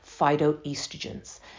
phytoestrogens